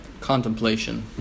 contemplation